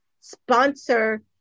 sponsor